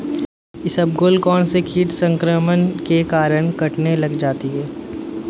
इसबगोल कौनसे कीट संक्रमण के कारण कटने लग जाती है?